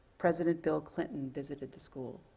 president bill clinton visited the school.